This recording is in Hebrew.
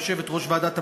יושבת-ראש ועדת הפנים,